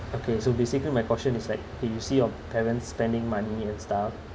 okay so basically my question is like when you see your parents spending money and stuff